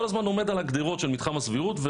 הזמן עומד על הגדרות של מתחם הסבירות,